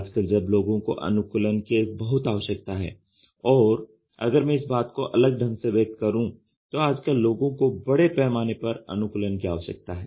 आजकल जब लोगों को अनुकूलन की बहुत आवश्यकता है और अगर मैं इस बात को अलग ढंग से व्यक्त करूँ तो आजकल लोगों को बड़े पैमाने पर अनुकूलन की आवश्यकता है